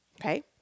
okay